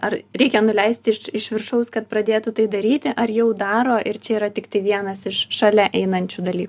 ar reikia nuleisti iš iš viršaus kad pradėtų tai daryti ar jau daro ir čia yra tiktai vienas iš šalia einančių dalykų